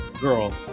girl